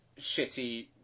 shitty